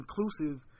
inclusive